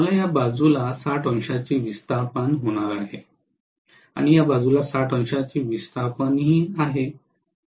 मला या बाजूला ६० अंशांचे विस्थापन होणार आहे आणि या बाजूला ६० अंशांचे विस्थापन ही आहे